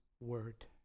word